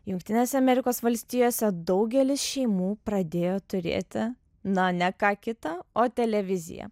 jungtinėse amerikos valstijose daugelis šeimų pradėjo turėti na ne ką kitą o televiziją